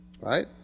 Right